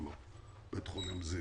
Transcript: בית חולים זיו.